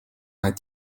vingt